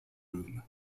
room